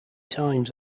times